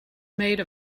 made